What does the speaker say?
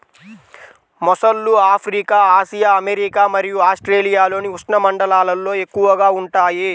మొసళ్ళు Africa, Asia, America మరియు ఆస్ట్రేలియాలోని ఉష్ణమండలాల్లో ఎక్కువగా ఉంటాయి